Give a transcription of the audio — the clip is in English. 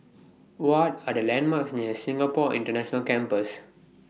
What Are The landmarks near Singapore International Campus